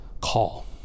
call